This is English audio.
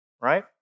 right